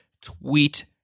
tweet